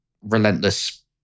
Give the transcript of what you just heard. relentless